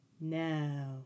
now